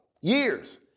Years